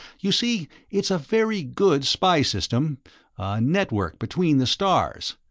you see, it's a very good spy system, a network between the stars,